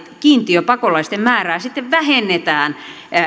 kiintiöpakolaisten määrää sitten vähennetään